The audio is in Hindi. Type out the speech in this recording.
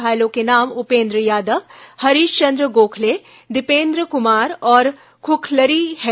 घायलों के नाम उपेन्द्र यादव हरीश चंद्र गोखले दीपेन्द्र कुमार और खूखलरी है